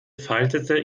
faltete